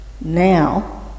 now